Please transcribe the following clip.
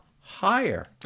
higher